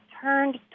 turned